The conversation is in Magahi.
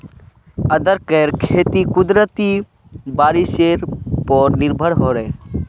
अदरकेर खेती कुदरती बारिशेर पोर निर्भर करोह